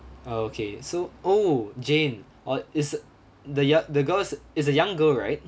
uh okay so oh jane uh is the youn~ the girl is it's a young girl right